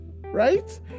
right